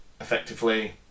effectively